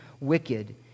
wicked